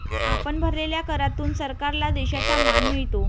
आपण भरलेल्या करातून सरकारला देशाचा मान मिळतो